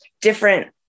different